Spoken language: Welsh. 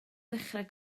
ddechrau